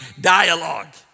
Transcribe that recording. dialogue